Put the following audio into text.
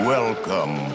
Welcome